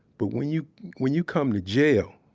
but when you when you come to jail,